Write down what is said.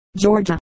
Georgia